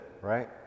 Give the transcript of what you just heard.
right